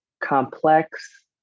complex